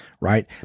right